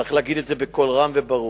צריך להגיד את זה בקול רם וברור.